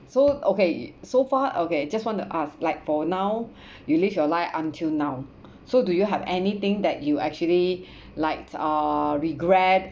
so okay so far okay just want to ask like for now you live your life until now so do you have anything that you actually like uh regret